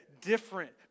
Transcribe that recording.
different